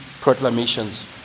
proclamations